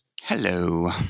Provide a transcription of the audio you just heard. hello